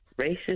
racist